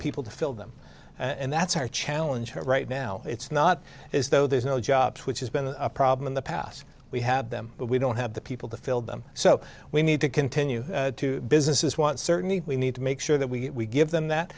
people to fill them and that's our challenge right now it's not as though there's no jobs which has been a problem in the past we have them but we don't have the people to fill them so we need to continue to businesses want certainty we need to make sure that we give them that